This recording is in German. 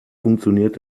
funktioniert